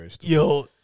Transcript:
yo